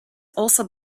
also